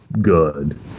good